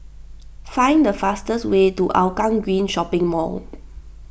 find the fastest way to Hougang Green Shopping Mall